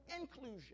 inclusion